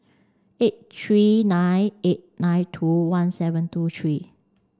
eight three nine eight nine two one seven two three